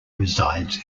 resides